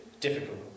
difficult